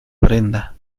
prenda